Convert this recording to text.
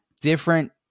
different